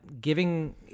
giving